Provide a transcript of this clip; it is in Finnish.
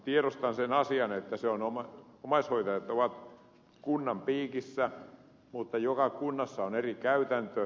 tiedostan sen asian että omaishoitajat ovat kunnan piikissä mutta joka kunnassa on eri käytäntö